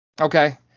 Okay